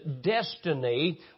destiny